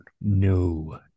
No